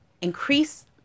increase